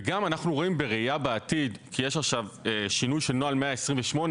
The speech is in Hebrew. וגם אנחנו רואים בראיה לעתיד כי יש עכשיו שינוי של נוהל 128,